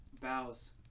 bows